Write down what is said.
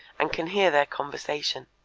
and can hear their conversation.